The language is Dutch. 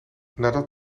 nadat